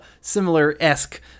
Similar-esque